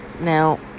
now